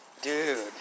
Dude